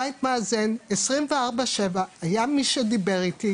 בבית מאזן 24/7 היה מי שדיבר איתי,